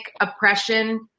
oppression